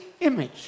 image